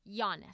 Giannis